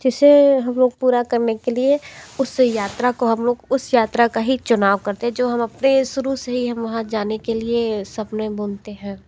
जिसे हम लोग पूरा करने के लिए उसे यात्रा को हम लोग उस यात्रा का ही चुनाव करते जो हम अपने शुरू से ही हम वहाँ जाने के लिए सपने बुनते हैं